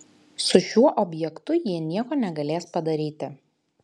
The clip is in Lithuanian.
su šiuo objektu jie nieko negalės padaryti